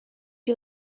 you